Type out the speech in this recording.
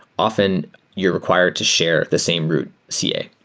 often you're required to share the same route ca.